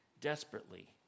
desperately